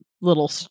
little